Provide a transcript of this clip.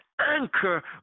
anchor